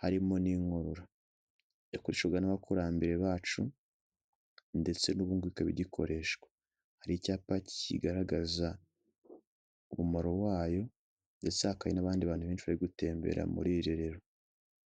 harimo n'inkorora, yakoreshwaga n'abakurambere bacu ndetse n'ubundi ikaba igikoreshwa, hari icyapa kigaragaza umumaro wayo ndetse hakaba hari n'abandi bantu benshi bari gutembera muri iri rerero.